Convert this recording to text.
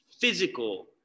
physical